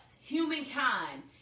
humankind